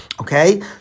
Okay